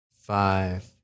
five